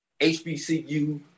HBCU